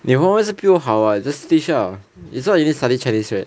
你华文是比我好 [what] just teach lah is not you need study chinese right